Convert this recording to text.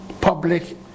public